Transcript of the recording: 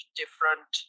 different